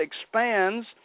expands